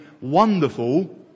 wonderful